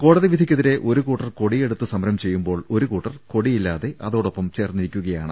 കോടതി വിധിക്കെതിരെ ഒരു കൂട്ടർ കൊടിയെടുത്ത് സമരം ചെയ്യു മ്പോൾ ഒരു കൂട്ടർ കൊടിയില്ലാതെ അതോടൊപ്പം ചേർന്നിരിക്കുക യാണ്